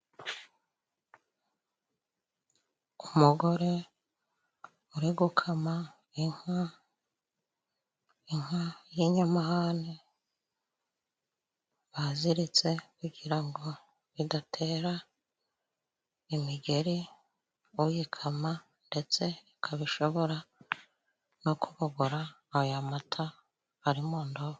Umugore uri gukama inka, inka y'inyamahane baziritse kugira ngo idatera imigeri uyikama, ndetse ikaba ishobora no kubogora aya mata ari mu ndobo.